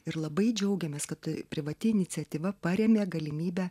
ir labai džiaugiamės kad privati iniciatyva parėmė galimybę